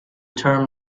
term